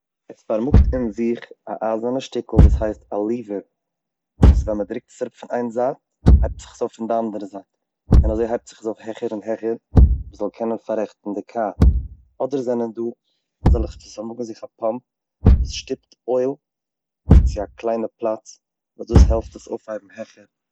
עס פארמאגט אין זיך א אייזערנע שטיקל וואס הייסט א ליווער. וואס ווען מען דרוקט עס פון איין זייט הייבט זיך עס אויף די אנדערע זייט, און אזוי הייבט זיך עס אויף העכער און העכער מען זאל קענען פאררעכטן די קאר. אדער זענען דא אזעלכע וואס פארמאגן אין זיך א פאמפ וואס שטופט אויל צו א קליינע פלאץ וואס דאס העלפט עס אויפהייבן העכער.